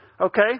Okay